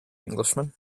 englishman